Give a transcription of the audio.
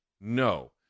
No